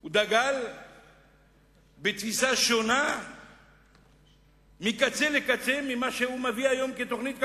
הוא דגל בתפיסה שונה מקצה לקצה ממה שהוא מביא היום כתוכנית כלכלית.